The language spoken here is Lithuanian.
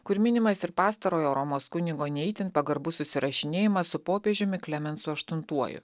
kur minimas ir pastarojo romos kunigo ne itin pagarbus susirašinėjimas su popiežiumi klemensu aštuntuoju